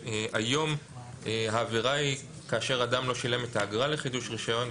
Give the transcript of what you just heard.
היום העבירה היא כאשר האדם לא שילם את האגרה לחידוש רישיון,